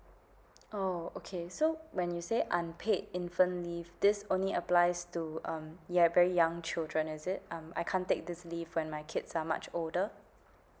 oh okay so when you say unpaid infant leave this only applies to um you have very young children is it um I can't take this leave when my kids are much older